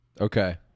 Okay